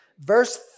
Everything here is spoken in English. Verse